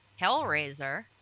Hellraiser